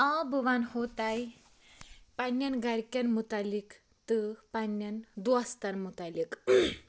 آ بہٕ وَنہو تۄہہِ پَننٮ۪ن گَرکٮ۪ن مُتعلِق تہٕ پَننٮ۪ن دوستَن مُتعلِق